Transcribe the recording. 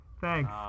thanks